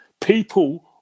people